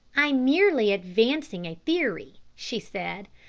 i'm merely advancing a theory, she said,